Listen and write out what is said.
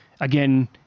Again